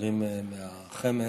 חברים מחמ"ד.